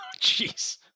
Jeez